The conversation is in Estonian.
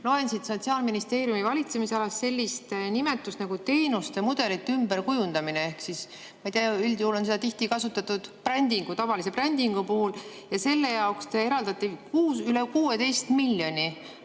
Loen siit Sotsiaalministeeriumi valitsemisalas sellist nimetust nagu teenuste mudelite ümberkujundamine. Üldjuhul on seda tihti kasutatud brändingu, tavalise brändingu puhul. Ja selle jaoks eraldati üle 16 miljoni.